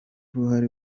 uruhare